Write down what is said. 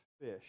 fish